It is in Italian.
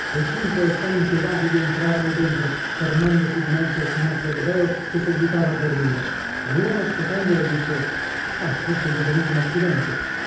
cinque o sei impiegati vi entrarono dentro fermandosi dinanzi al signor clodoveo che seguitava a dormire e uno scotendolo disse ah forse gli è venuto un accidente